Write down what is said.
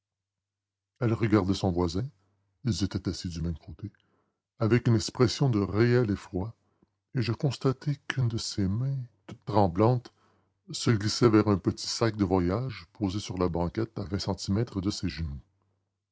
elle regardait son voisin ils étaient assis du même côté avec une expression de réel effroi et je constatai qu'une de ses mains toute tremblante se glissait vers un petit sac de voyage posé sur la banquette à vingt centimètres de ses genoux